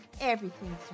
everything's